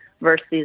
versus